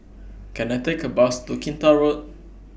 Can I Take A Bus to Kinta Road